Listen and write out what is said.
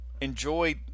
enjoy